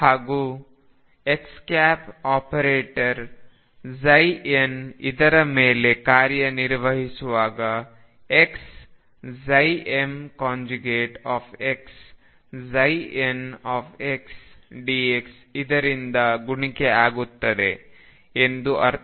ಹಾಗೂ x operator n ಇದರ ಮೇಲೆ ಕಾರ್ಯ ನಿರ್ವಹಿಸುವಾಗ xmxndx ಇದರಿಂದ ಗುಣಿಕೆ ಆಗುತ್ತದೆ ಎಂದು ಅರ್ಥ